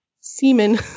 semen